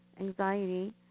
anxiety